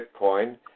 Bitcoin